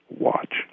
watch